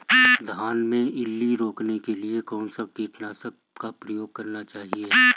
धान में इल्ली रोकने के लिए कौनसे कीटनाशक का प्रयोग करना चाहिए?